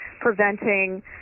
preventing